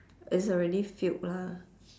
it's already filled lah